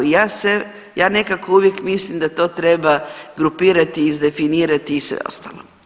Ja nekako uvijek mislim da to treba grupirati, izdefinirati i sve ostalo.